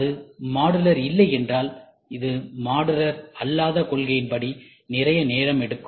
அது மாடுலர் இல்லை என்றால் இது மாடுலர் அல்லாத கொள்கையின் படி நிறைய நேரம் எடுக்கும்